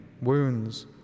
wounds